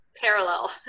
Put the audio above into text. parallel